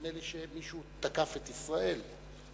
נדמה לי שמישהו תקף את ישראל,